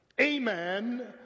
amen